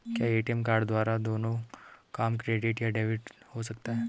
क्या ATM card द्वारा दोनों काम क्रेडिट या डेबिट हो सकता है?